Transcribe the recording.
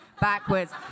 Backwards